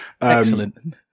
excellent